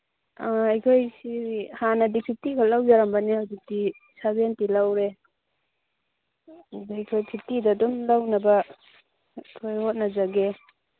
ꯑꯩꯈꯣꯏꯁꯤ ꯍꯥꯟꯅꯗꯤ ꯐꯤꯞꯇꯤꯈꯛ ꯂꯧꯖꯔꯝꯕꯅꯤ ꯍꯧꯖꯤꯛꯇꯤ ꯁꯚꯦꯟꯇꯤ ꯂꯧꯔꯦ ꯑꯗꯨꯗꯤ ꯑꯩꯈꯣꯏ ꯐꯤꯞꯇꯤꯗ ꯑꯗꯨꯝ ꯂꯧꯅꯕ ꯑꯩꯈꯣꯏ ꯍꯣꯠꯅꯖꯒꯦ